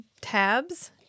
tabs